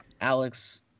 Alex